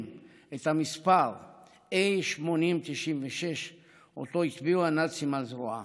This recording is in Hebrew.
את המספר A8096 שהטביעו הנאצים על זרועה.